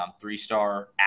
three-star